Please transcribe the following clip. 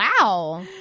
Wow